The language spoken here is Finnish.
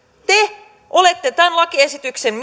te olette tämän lakiesityksen